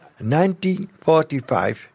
1945